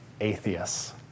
Atheists